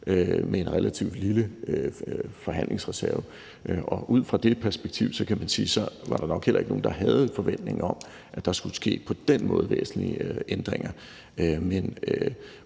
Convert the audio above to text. med en relativt lille forhandlingsreserve. Og ud fra det perspektiv kan man sige, at der nok heller ikke var nogen, der havde en forventning om, at der på den måde skulle ske væsentlige ændringer.